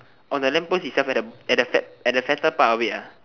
on the lamp post itself at the fat at the fatter part of it ah